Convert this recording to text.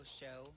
show